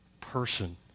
person